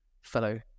fellow